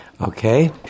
Okay